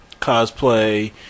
cosplay